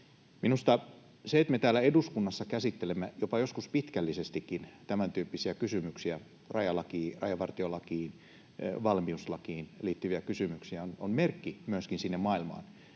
Minusta se, että me täällä eduskunnassa käsittelemme joskus jopa pitkällisestikin tämän tyyppisiä kysymyksiä — rajalakiin, rajavartiolakiin, valmiuslakiin liittyviä kysymyksiä — on merkki myöskin sinne maailmaan,